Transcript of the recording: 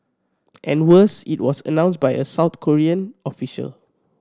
and worse it was announced by a South Korean official